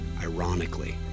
ironically